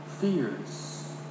fears